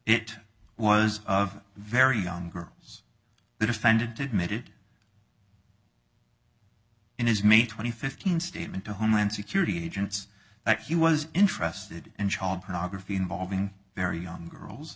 it was of very young girls that offended to admitted in his may twenty fifteen statement to homeland security agents that he was interested in child pornography involving very young girls